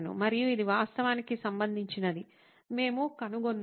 మరియు ఇది వాస్తవానికి సంబంధించినదని మేము కనుగొన్నాము